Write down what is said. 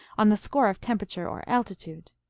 on the score of temperature or altitude.